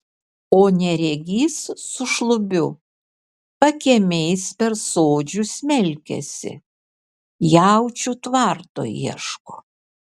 o neregys su šlubiu pakiemiais per sodžių smelkiasi jaučių tvarto ieško